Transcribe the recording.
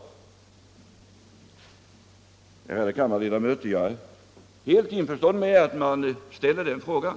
Och, ärade kammarledamöter, jag är helt införstådd med att man ställer den frågan.